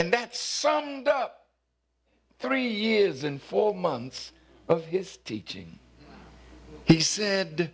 and that's some three years and four months of his teaching he said